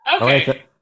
okay